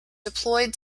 deployed